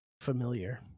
familiar